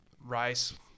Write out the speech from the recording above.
Rice